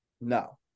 No